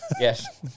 Yes